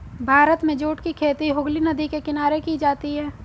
भारत में जूट की खेती हुगली नदी के किनारे की जाती है